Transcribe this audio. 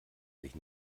sich